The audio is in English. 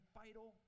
vital